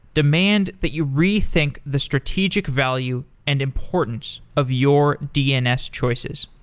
demand that you rethink the strategic value and importance of your dns choices.